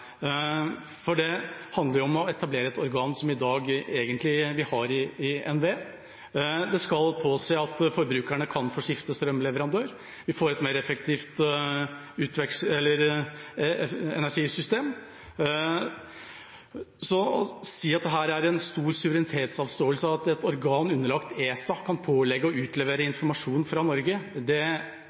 skal påse at forbrukerne kan skifte strømleverandør. Vi får et mer effektivt energisystem. Å si at det er en stor suverenitetsavståelse at et organ som er underlagt ESA, kan pålegges å utlevere informasjon fra Norge, er ikke det